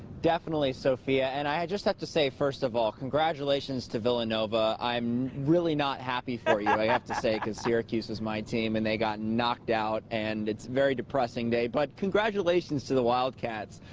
definitely, sophia, and i just have to say, first of all, congratulations to villanova. i'm really not happy for you, i have to say, because syracuse is my team and they got knocked out and it's very depressing, but congratulations to the wildcats.